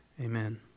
Amen